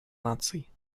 наций